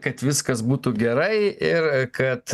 kad viskas būtų gerai ir kad